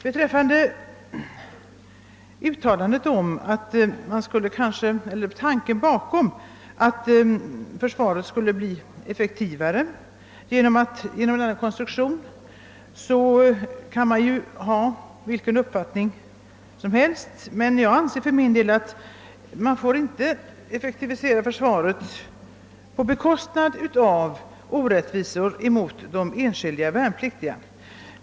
Beträffande uttalandet att tanken är att försvaret skulle bli effektivare genom det tillämpade systemet, så kan man ju ha vilken uppfattning som helst. Jag för min del anser emellertid att man inte får effektivisera försvaret till priset av orättvisor mot de enskilda värnpliktiga.